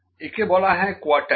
একে বলা হয় কোয়ার্টাইল